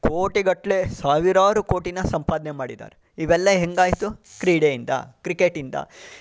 ಕೋಟಿಗಟ್ಟಲೆ ಸಾವಿರಾರು ಕೋಟಿನ ಸಂಪಾದನೆ ಮಾಡಿದ್ದಾರೆ ಇವೆಲ್ಲ ಹೇಗಾಯಿತು ಕ್ರೀಡೆಯಿಂದ ಕ್ರಿಕೆಟಿಂದ